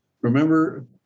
Remember